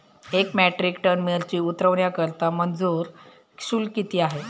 एक metric tonne मिरची उतरवण्याकरता मजूर शुल्क किती आहे?